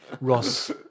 Ross